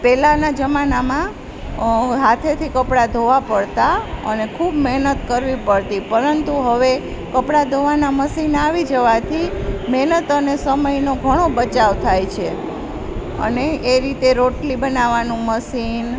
પહેલાના જમાનામાં હાથેથી કપડા ધોવા પડતા અને ખૂબ મહેનત કરવી પડતી પરંતુ હવે કપડા ધોવાના મશીન આવી જવાથી મહેનત અને સમયનો ઘણો બચાવ થાય છે અને એ રીતે રોટલી બનાવાનું મશીન